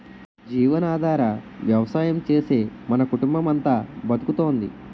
జీవనాధార వ్యవసాయం చేసే మన కుటుంబమంతా బతుకుతోంది